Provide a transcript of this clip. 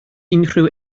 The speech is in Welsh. unrhyw